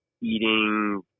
eating